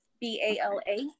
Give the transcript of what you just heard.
b-a-l-a